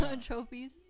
trophies